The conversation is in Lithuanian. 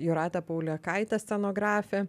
jūratė paulėkaitė scenografė